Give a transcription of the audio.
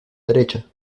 derecha